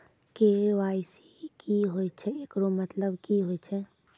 KYC की होय छै, एकरो मतलब की होय छै?